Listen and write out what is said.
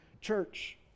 church